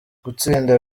gutsinda